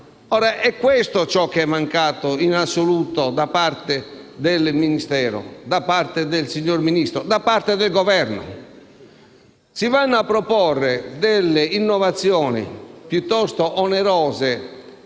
Ora, questo è ciò che è mancato in assoluto da parte del Ministero, da parte della signora Ministro, da parte del Governo. Si propongono delle innovazioni piuttosto onerose